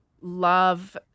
love